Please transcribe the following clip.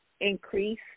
increase